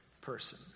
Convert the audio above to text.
person